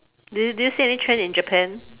do do you see any trend in Japan